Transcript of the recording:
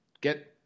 Get